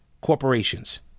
corporations